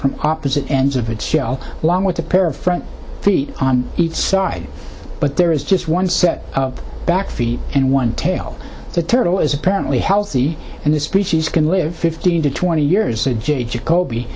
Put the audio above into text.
from opposite ends of its shell along with a pair of front feet on each side but there is just one set up back feet and one tail the turtle is apparently healthy and the species can live fifteen to twenty years